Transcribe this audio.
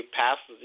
passed